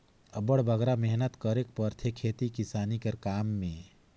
अब्बड़ बगरा मेहनत करेक परथे खेती किसानी कर काम में